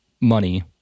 money